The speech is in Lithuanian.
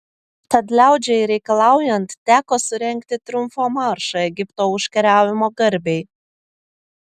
tad liaudžiai reikalaujant teko surengti triumfo maršą egipto užkariavimo garbei